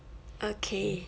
okay